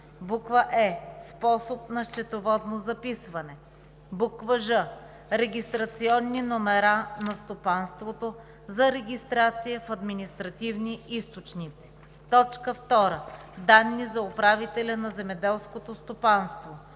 е) способ на счетоводно записване; ж) регистрационни номера на стопанството за регистрация в административни източници. 2. Данни за управителя на земеделското стопанство: